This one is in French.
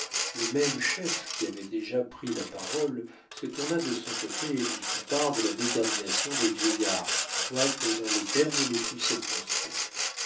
le même chef qui avait déjà pris la parole se tourna de son côté et lui fit part de la détermination des vieillards quoique dans les termes les plus circonspects